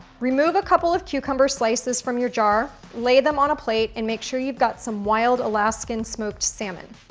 remove a couple of cucumber slices from your jar, lay them on a plate and make sure you've got some wild alaskan smoked salmon.